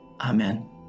amen